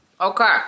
Okay